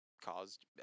caused